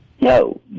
No